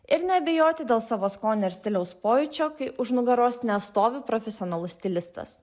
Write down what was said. ir neabejoti dėl savo skonioir stiliaus pojūčio kai už nugaros nestovi profesionalus stilistas